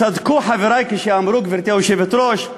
צדקו חברי כשאמרו, גברתי היושבת-ראש,